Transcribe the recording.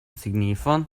signifon